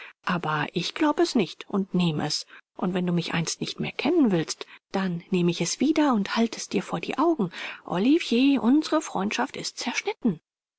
aber ich glaub es nicht und nehme es und wenn du mich einst nicht mehr kennen willst dann nehm ich es wieder und halte es dir vor die augen olivier unsere freundschaft ist zerschnitten